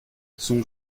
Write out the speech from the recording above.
son